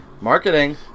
Marketing